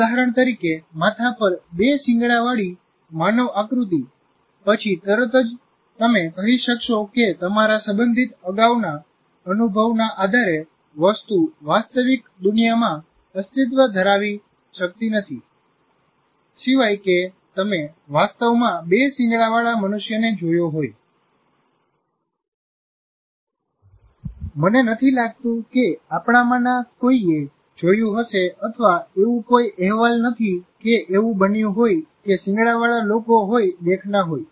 ઉદાહરણ તરીકે માથા પર બે શિંગડાવાળી માનવ આકૃતિ પછી તરત જ તમે કહી શકશો કે તમારા સંબંધિત અગાઉના અનુભવના આધારે વસ્તુ વાસ્તવિક દુનિયામાં અસ્તિત્વ ધરાવી શકતી નથી સિવાય કે તમે વાસ્તવમાં બે શિંગડાવાળા મનુષ્યને જોયો હોય મને નથી લાગતું કે આપણામાંના કોઈએ જોયું હશે અથવા એવું કોઈ અહેવાલ નથી કે એવું બન્યું હોય કે શિંગડાવાળા લોકો હોય દેખના હોય